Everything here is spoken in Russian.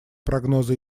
прогнозы